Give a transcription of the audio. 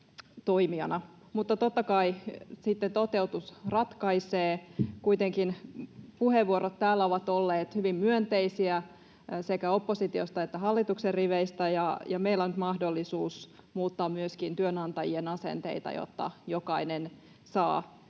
mutta totta kai sitten toteutus ratkaisee. Kuitenkin puheenvuorot täällä ovat olleet hyvin myönteisiä sekä oppositiosta että hallituksen riveistä, ja meillä on nyt mahdollisuus muuttaa myöskin työnantajien asenteita, jotta jokainen saa